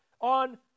on